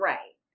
Right